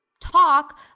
talk